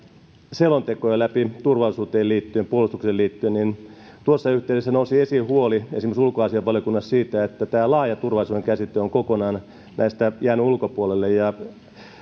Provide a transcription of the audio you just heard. selontekoja läpi turvallisuuteen ja puolustukseen liittyen niin tuossa yhteydessä nousi esiin huoli esimerkiksi ulkoasiainvaliokunnassa siitä että tämä laaja turvallisuuden käsite on kokonaan näistä jäänyt ulkopuolelle